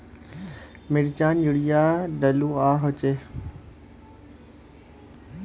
मिर्चान यूरिया डलुआ होचे?